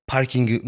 parking